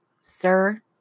sir